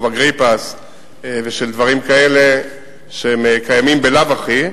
אגריפס ושל דברים כאלה שקיימים בלאו הכי,